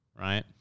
Right